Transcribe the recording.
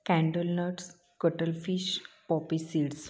candlenuts cuttlefish poppy seeds